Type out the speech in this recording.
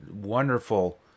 wonderful